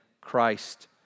Christ